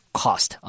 cost